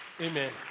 Amen